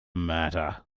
matter